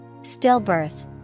Stillbirth